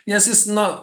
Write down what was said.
nes jis nu